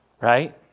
right